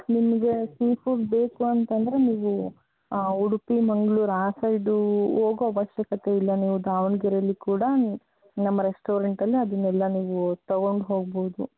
ನಿಮಗೆ seafood ಬೇಕು ಅಂತಂದರೆ ನೀವು ಉಡುಪಿ ಮಂಗಳೂರು ಆ ಸೈಡ್ ಹೋಗೋ ಅವಶ್ಯಕತೆ ಇಲ್ಲ ನೀವು ದಾವಣಗೆರೆಯಲ್ಲಿ ಕೂಡ ನಮ್ಮ ರೆಸ್ಟೋರೆಂಟಲ್ಲಿ ಅದನ್ನೆಲ್ಲ ನೀವು ತೊಗೊಂಡು ಹೋಗಬಹುದು